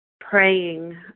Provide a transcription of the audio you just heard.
praying